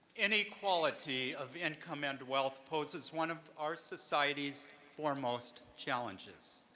inequality of income and wealth poses one of our society's foremost challenges.